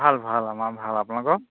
ভাল ভাল আমাৰ ভাল আপোনালোকৰ